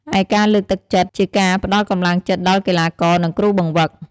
ឯការលើកទឹកចិត្ត៊ជាការ ផ្តល់កម្លាំងចិត្តដល់កីឡាករ និងគ្រូបង្វឹក។